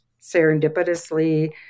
serendipitously